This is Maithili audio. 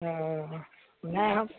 नहि हम